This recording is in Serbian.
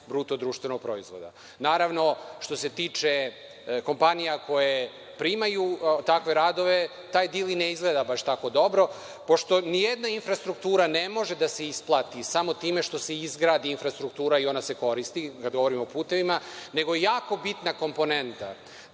rast domaćeg BDP. Naravno, što se tiče kompanija koje primaju takve radove, taj dil i ne izgleda baš tako dobro, pošto nijedna infrastruktura ne može da se isplati samo time što se izgradi infrastruktura. Ona se koristi kada govorimo o putevima, nego jako bitna komponenta